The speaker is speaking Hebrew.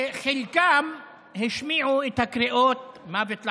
שחלקן השמיעו את הקריאות: מוות לערבים,